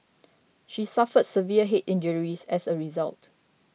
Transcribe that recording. she suffered severe head injuries as a result